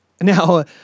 Now